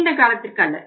நீண்ட காலத்திற்கு அல்ல